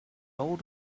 old